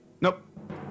Nope